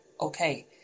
okay